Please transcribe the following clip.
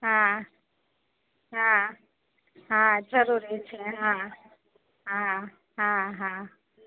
હા હા હા જરૂરી છે હા હા હા હા